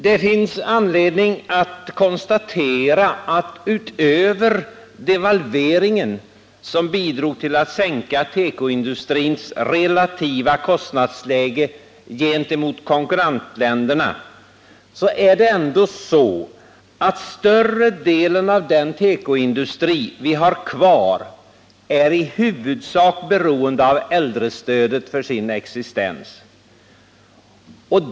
Det finns anledning konstatera att utöver devalveringen, som bidrog till att sänka tekoindustrins relativa kostnadsläge gentemot konkurrensländerna, har äldrestödet varit det som betytt mest. Större delen av den tekoindustri vi har kvar är beroende av äldrestödet för sin existens.